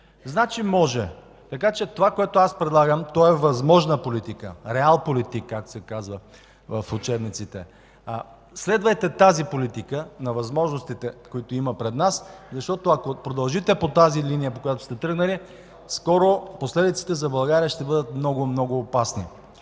Значи може. Това, което предлагам, е възможна политика, „реал политик” както се казва в учебниците: следвайте тази политика на възможностите, които има пред нас, защото ако продължите по тази линия, по която сте тръгнали, скоро последиците за България ще бъдат много, много опасни.